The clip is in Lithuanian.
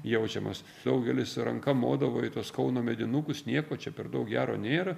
jaučiamas daugelis ranka modavo ir į tuos kauno medinukus nieko čia per daug gero nėra